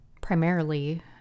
primarily